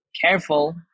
careful